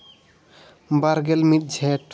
ᱵᱟᱨᱜᱮᱞ ᱢᱤᱫ ᱡᱷᱮᱸᱴ